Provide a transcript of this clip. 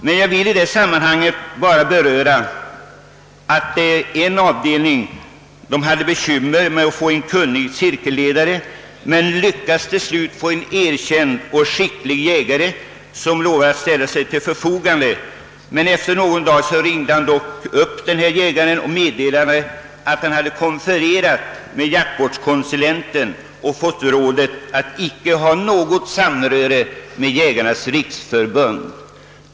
Då vill jag tala om att en av våra avdelningar hade svårt att få någon studieledare men lyckades till slut engagera en erkänt skicklig jägare. Efter någon tid ringde han dock och meddelade att han talat med jaktvårdskonsulenten och av honom fått rådet att inte ha något samröre med Jägarnas riksförbund.